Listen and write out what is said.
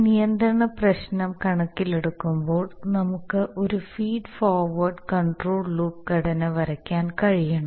ഒരു നിയന്ത്രണ പ്രശ്നം കണക്കിലെടുക്കുമ്പോൾ നമുക്ക് ഒരു ഫീഡ് ഫോർവേർഡ് കൺട്രോൾ ലൂപ്പ് ഘടന വരയ്ക്കാൻ കഴിയണം